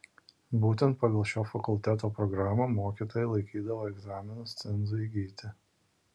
būtent pagal šio fakulteto programą mokytojai laikydavo egzaminus cenzui įgyti